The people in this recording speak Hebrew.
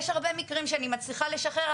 יש הרבה מקרים שאני מצליחה לשחרר,